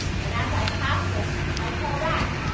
and as i pass them i call back,